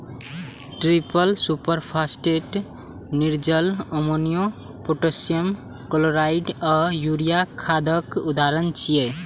triple superphosphate, निर्जल ammonia, potassium chloride आ urea खादक उदाहरण छियै